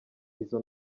izo